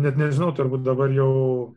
net nežinau turbūt dabar jau